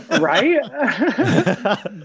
Right